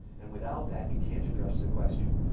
and without that, you can't address the question.